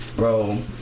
Bro